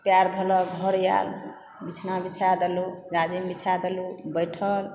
तऽ पैर धोलक घर आएल बिछना बिछा देलहुँ जाजिम बिछा देलहुँ बैठल